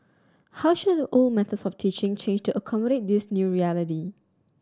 how should old methods of teaching change to accommodate this new reality